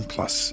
Plus